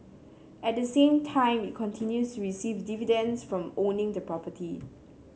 at the same time it continues receive dividends from owning the property